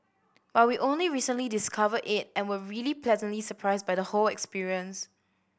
but we only recently discovered it and were really pleasantly surprised by the whole experience